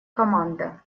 команда